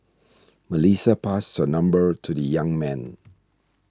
Melissa passed her number to the young man